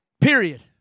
Period